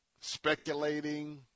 speculating